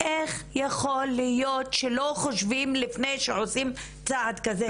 איך יכול להיות שלא חושבים לפני שעושים צעד כזה?